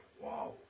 wow